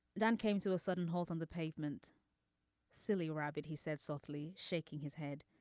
don came to a sudden halt on the pavement silly rabbit. he said softly shaking his head.